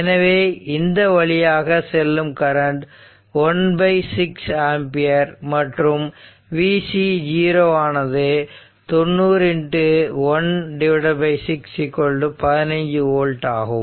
எனவே இந்த வழியாக செல்லும் கரண்ட் 1 6 ஆம்பியர் மற்றும் vC0 ஆனது 90 1 6 15 ஓல்ட் ஆகும்